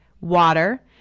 water